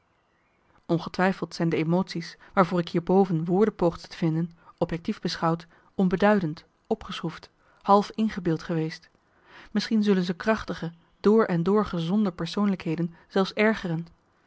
ongetwijfeld zijn de emotie's waarvoor ik hier boven woorden poogde te vinden objectief beschouwd onbeduidend opgeschroefd half ingebeeld marcellus emants een nagelaten bekentenis geweest misschien zullen ze krachtige door en door gezonde persoonlijkheden zelfs ergeren